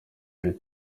dore